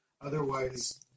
otherwise